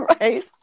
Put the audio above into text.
right